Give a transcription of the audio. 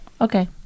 Okay